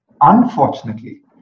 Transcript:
Unfortunately